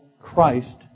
Christ